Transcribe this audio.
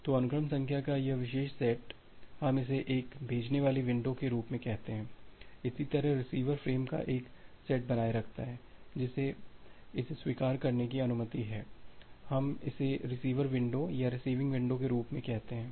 तो अनुक्रम संख्या का यह विशेष सेट हम इसे एक भेजने वाली विंडो के रूप में कहते हैं इसी तरह रिसीवर फ्रेम का एक सेट बनाए रखता है जिसे इसे स्वीकार करने की अनुमति है हम इसे रिसीवर विंडो या रिसीविंग विंडो के रूप में कहते हैं